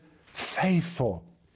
faithful